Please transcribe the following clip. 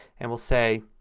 and we'll say,